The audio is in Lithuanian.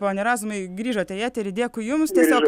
pone razumai grįžote į eterį dėkui jums tiesiog